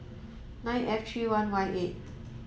nine F three one Y eight